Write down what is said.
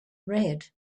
red